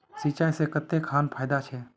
सिंचाई से कते खान फायदा छै?